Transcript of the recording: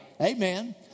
Amen